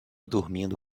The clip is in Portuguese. dormindo